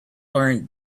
learned